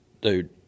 dude